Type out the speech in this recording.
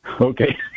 Okay